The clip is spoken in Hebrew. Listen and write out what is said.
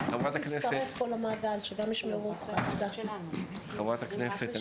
אני אתן לך לדבר אחריו, חברת הכנסת.